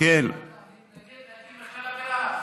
התנגד לרהט.